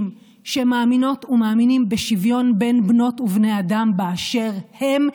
שמאמינות ומאמינים בשוויון בין בנות ובני האדם באשר הם,